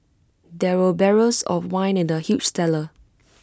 there were barrels of wine in the huge cellar